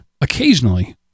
occasionally